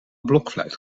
blokfluit